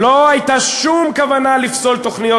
לא הייתה שום כוונה לפסול תוכניות